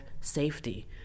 safety